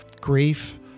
grief